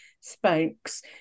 spokes